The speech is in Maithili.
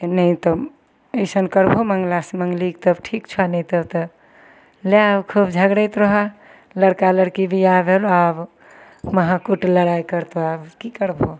नहि तऽ ऐसन करबह मंगलासँ मंगली तब ठीक छह नहि तऽ तै लए आउ खूब झगड़ैत रहऽ लड़का लड़की बियाह भेल आब महा कुट लड़ाइ करतह आब की करबह